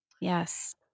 yes